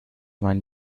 meinen